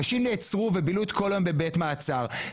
אנשים נעצרו ובילו את כל היום בבית מעצר.